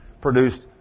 produced